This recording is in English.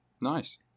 Nice